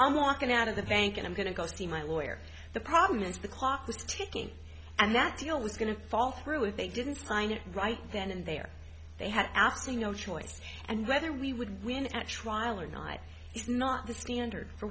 i'm walking out of the bank and i'm going to go see my lawyer the problem is the clock was ticking and that deal was going to fall through if they didn't sign it right then and there they had absolutely no choice and whether we would win at trial or not is not the standard for